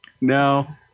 No